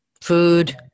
Food